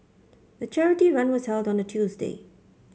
the charity run was held on a Tuesday